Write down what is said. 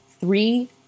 three